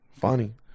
Funny